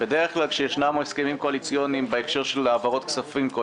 בדרך כלל הסכמי קואליציה הנוגעים בהעברות כספים,